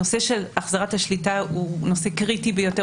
הנושא של החזרת השליטה הוא נושא קריטי ביותר